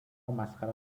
مسخره